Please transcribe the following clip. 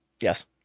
Yes